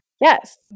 Yes